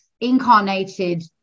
incarnated